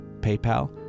PayPal